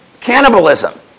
Cannibalism